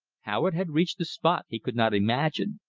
how it had reached the spot he could not imagine,